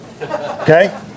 Okay